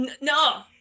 no